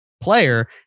player